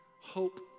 hope